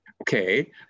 Okay